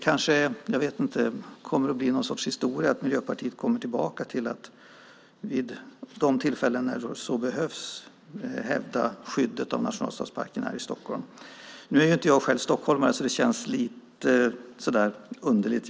Det kanske kommer att bli någon sorts historia att Miljöpartiet kommer tillbaka vid de tillfällen när så behövs för att hävda skyddet av nationalstadsparken i Stockholm. Nu är jag inte själv stockholmare, så det känns lite underligt.